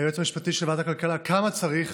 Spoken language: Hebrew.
היועץ המשפטי של ועדת הכלכלה כמה צריך,